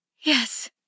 Yes